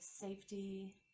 safety